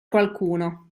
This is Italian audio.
qualcuno